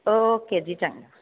okay ਜੀ ਚੰਗਾ